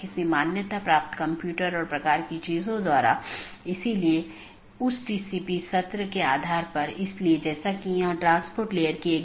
BGP चयन एक महत्वपूर्ण चीज है BGP एक पाथ वेक्टर प्रोटोकॉल है जैसा हमने चर्चा की